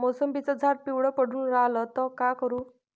मोसंबीचं झाड पिवळं पडून रायलं त का करू?